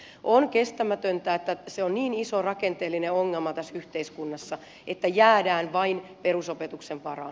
se on kestämätöntä ja se on niin iso rakenteellinen ongelma tässä yhteiskunnassa että jäädään vain perusopetuksen varaan